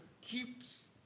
keeps